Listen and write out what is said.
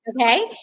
okay